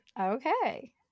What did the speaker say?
Okay